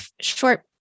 short